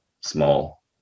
small